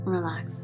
Relax